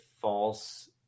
false